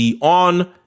on